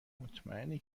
مطمئنی